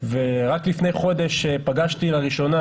ורק לפני חודש פגשתי לראשונה